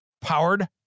powered